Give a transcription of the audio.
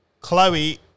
Chloe